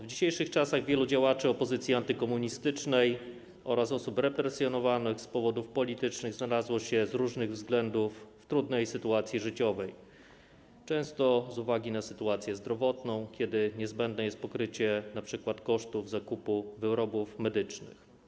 W dzisiejszych czasach wielu działaczy opozycji antykomunistycznej oraz osób represjonowanych z powodów politycznych znalazło się z różnych względów w trudnej sytuacji życiowej, często z uwagi na sytuację zdrowotną, kiedy niezbędne jest pokrycie np. kosztów zakupu wyrobów medycznych.